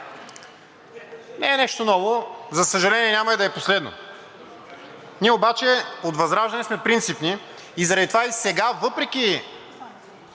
Не е нещо ново. За съжаление, няма и да е последно. Ние обаче от ВЪЗРАЖДАНЕ сме принципни. Заради това и сега въпреки